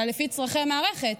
אלא לפי צורכי המערכת,